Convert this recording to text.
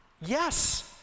Yes